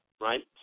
right